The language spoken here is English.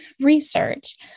research